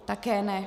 Také ne.